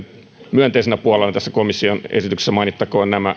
myönteisenä puolena tässä komission esityksessä mainittakoon